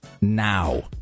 now